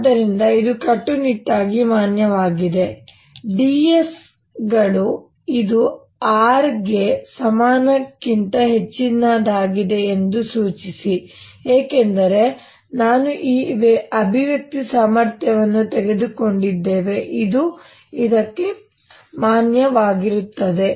ಆದ್ದರಿಂದ ಇದು ಕಟ್ಟುನಿಟ್ಟಾಗಿ ಮಾನ್ಯವಾಗಿದೆ ds ಗಳು ಇದು R ಗೆ ಸಮಾನಕ್ಕಿಂತ ಹೆಚ್ಚಿನದಾಗಿದೆ ಎಂದು ಸೂಚಿಸಿ ಏಕೆಂದರೆ ನಾವು ಈ ಅಭಿವ್ಯಕ್ತಿ ಸಾಮರ್ಥ್ಯವನ್ನು ತೆಗೆದುಕೊಂಡಿದ್ದೇವೆ ಇದು ಇದಕ್ಕೆ ಮಾನ್ಯವಾಗಿದೆ